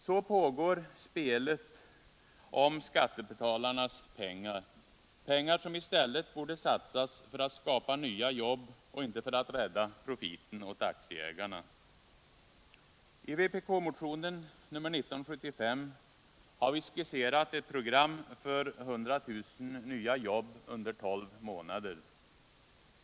Så pågår spelet om skattebetalarnas pengar, pengar som i stället borde satsas för att skapa nya jobb och inte för att rädda profiten åt aktieägarna. I vpk-motionen 1975 har vi skisserat ett program för 100 000 nya jobb under tolv månader.